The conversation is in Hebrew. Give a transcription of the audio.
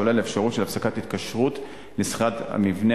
השולל אפשרות של הפסקת התקשרות לשכירת המבנה